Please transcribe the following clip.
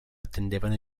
attendevano